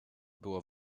było